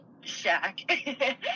shack